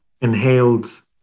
inhaled